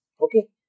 okay